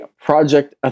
Project